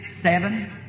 seven